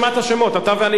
אתה ואני לא היינו פה,